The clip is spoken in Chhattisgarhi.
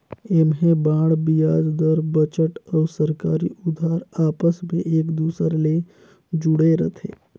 ऐम्हें बांड बियाज दर, बजट अउ सरकारी उधार आपस मे एक दूसर ले जुड़े रथे